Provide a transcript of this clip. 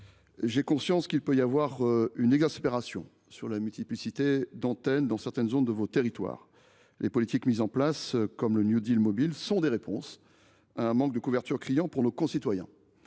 j’ai conscience de l’exaspération que peut susciter la multiplicité d’antennes dans certaines zones de nos territoires. Les politiques mises en place, comme le New Deal mobile, constituent des réponses à un manque de couverture criant pour nos concitoyens.